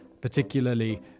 particularly